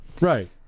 Right